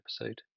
episode